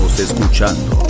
escuchando